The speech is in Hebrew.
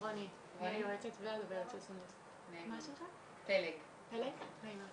קצת נסוגה ממה שהיא אמרה